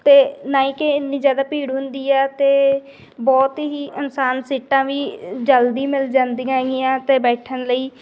ਅਤੇ ਨਾ ਹੀ ਕਿ ਇੰਨੀ ਜ਼ਿਆਦਾ ਭੀੜ ਹੁੰਦੀ ਆ ਅਤੇ ਬਹੁਤ ਹੀ ਇਨਸਾਨ ਸੀਟਾਂ ਵੀ ਜਲਦੀ ਮਿਲ ਜਾਂਦੀਆਂ ਹੈਗੀਆਂ ਅਤੇ ਬੈਠਣ ਲਈ